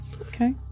Okay